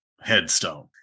headstone